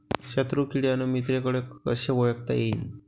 शत्रु किडे अन मित्र किडे कसे ओळखता येईन?